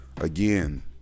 again